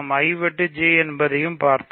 I வெட்டுJ என்ன என்பதையும் பார்த்தோம்